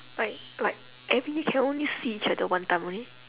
like like every year can only see each other one time only